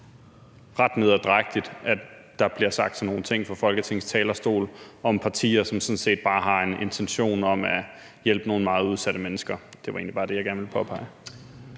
ret nederdrægtigt, at der bliver sagt sådan nogle ting fra Folketingets talerstol om partier, som sådan set bare har en intention om at hjælpe nogle meget udsatte mennesker. Det var egentlig bare det, jeg gerne ville påpege.